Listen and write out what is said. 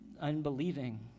Unbelieving